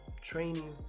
training